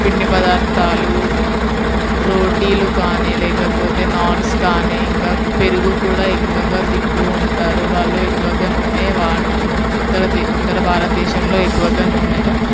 పిండి పదార్థాలు రోటీలు కానీ లేకపోతే నాన్స్ కానీ ఇంకా పెరుగు కూడా ఎక్కువగా తింటూ ఉంటారు వాళ్ళు ఎక్కువగా నూనె వాడ్న్ నూ ఉత్తర దే ఉత్తర భారత దేశంలో ఎక్కువగా నూనెను